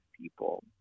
people